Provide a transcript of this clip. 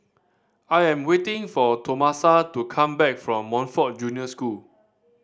I am waiting for Tomasa to come back from Montfort Junior School